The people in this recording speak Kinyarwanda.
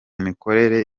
mikorere